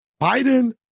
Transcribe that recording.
Biden